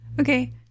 okay